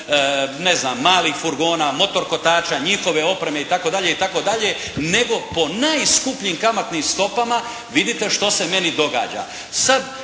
ne znam, malih furgona, motor kotača, njihove opreme itd., itd. nego po najskupljim kamatnim stopama. Vidite što se meni događa.